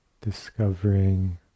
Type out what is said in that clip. Discovering